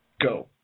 Go